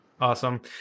Awesome